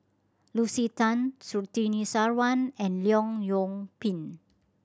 Lucy Tan Surtini Sarwan and Leong Yoon Pin